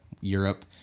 Europe